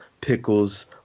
pickles